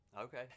okay